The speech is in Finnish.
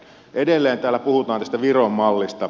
edelleen täällä puhutaan tästä viron mallista